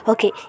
Okay